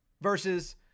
Versus